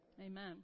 Amen